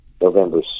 November